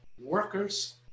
workers